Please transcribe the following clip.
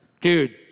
Dude